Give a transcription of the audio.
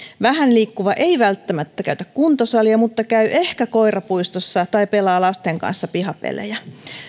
vähän liikkuva ei välttämättä käytä kuntosalia mutta käy ehkä koirapuistossa tai pelaa lasten kanssa pihapelejä